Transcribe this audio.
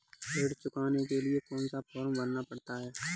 ऋण चुकाने के लिए कौन सा फॉर्म भरना पड़ता है?